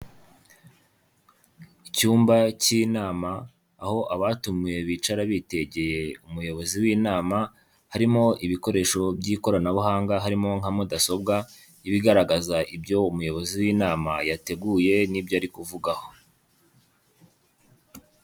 Icyumba cy'inama, aho abatumiwe bicara bitegeye umuyobozi w'inama, harimo ibikoresho by'ikoranabuhanga harimo nka mudasobwa iba igaragaza ibyo umuyobozi w'inama yateguye n'ibyo ari kuvugaho.